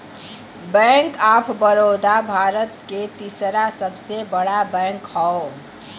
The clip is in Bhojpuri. बैंक ऑफ बड़ोदा भारत के तीसरा सबसे बड़ा बैंक हौ